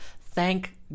thank